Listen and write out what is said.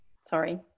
sorry